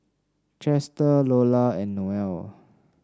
Chester Lola and Noel